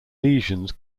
lesions